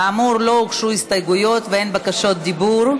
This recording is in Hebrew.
כאמור, לא הוגשו הסתייגויות ואין בקשות דיבור.